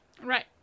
Right